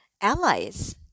allies